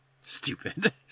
Stupid